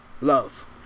love